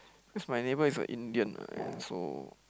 cause my neighbour is a Indian ah so